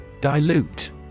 Dilute